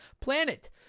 Planet